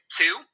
two